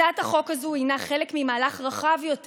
הצעת החוק הזאת היא חלק ממהלך רחב יותר